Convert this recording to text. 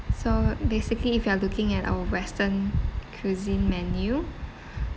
so basically if you are looking at our western cuisine menu